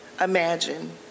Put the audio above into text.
imagine